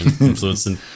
Influencing